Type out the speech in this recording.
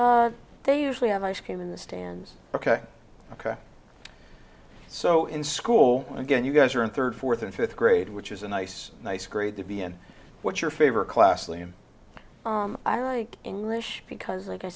they usually have ice cream in the stands ok ok so in school again you guys are in third fourth and fifth grade which is a nice nice grade the b n what's your favorite class lee and i like english because like i